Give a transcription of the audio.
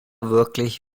wirklich